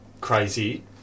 crazy